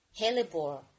hellebore